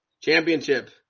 championship